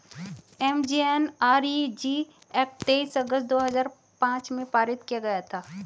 MGNREG act तेईस अगस्त दो हजार पांच में पारित किया गया था